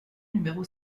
numéro